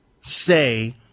say